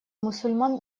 мусульман